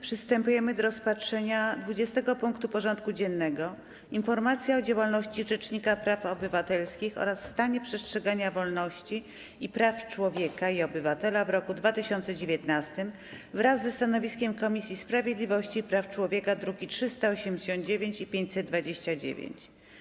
Przystępujemy do rozpatrzenia punktu 20. porządku dziennego: Informacja o działalności Rzecznika Praw Obywatelskich oraz o stanie przestrzegania wolności i praw człowieka i obywatela w roku 2019 wraz ze stanowiskiem Komisji Sprawiedliwości i Praw Człowieka (druki nr 389 i 529)